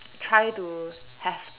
try to have